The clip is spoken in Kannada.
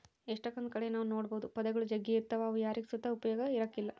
ಎಷ್ಟಕೊಂದ್ ಕಡೆ ನಾವ್ ನೋಡ್ಬೋದು ಪೊದೆಗುಳು ಜಗ್ಗಿ ಇರ್ತಾವ ಅವು ಯಾರಿಗ್ ಸುತ ಉಪಯೋಗ ಇರಕಲ್ಲ